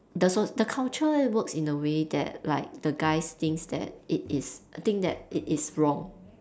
the so the culture works in a way that like the guys think that it is I think that it is wrong